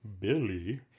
Billy